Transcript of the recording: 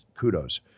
kudos